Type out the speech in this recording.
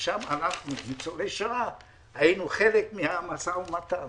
ששם אנחנו ניצולי השואה היינו חלק מהמשא ומתן